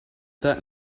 that